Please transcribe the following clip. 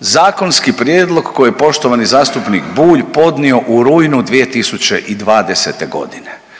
zakonski prijedlog koje je poštovani zastupnik Bulj podnio u rujnu 2020. g.